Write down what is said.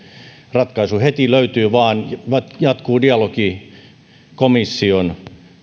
ratkaisu heti löytyy vaan dialogi komission